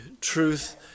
truth